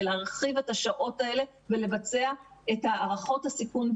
להרחיב את השעות האלה ולבצע את הערכות הסיכון,